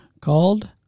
called